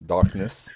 Darkness